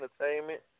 Entertainment